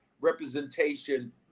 representation